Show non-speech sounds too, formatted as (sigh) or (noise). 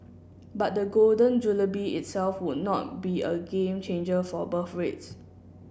but the Golden (unintelligible) itself would not be a game changer for birth rates